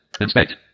Inspect